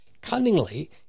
Cunningly